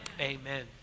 Amen